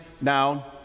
now